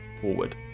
forward